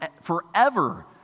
forever